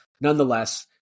Nonetheless